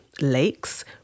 lakes